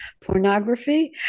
pornography